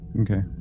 Okay